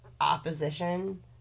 opposition